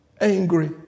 angry